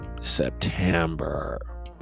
september